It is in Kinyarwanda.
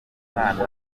mwana